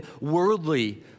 worldly